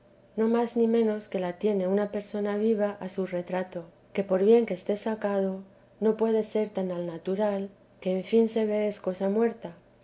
no más ni menos que la tiene una persona viva a su retrato que por bien que esté sacado no puede ser tan al natural que en fin se ve es cosa muerta